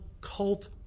cult